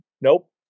Nope